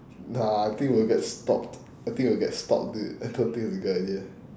nah I think we'll get stopped I think we'll get stopped dude I don't think it's a good idea